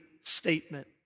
statement